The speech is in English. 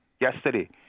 yesterday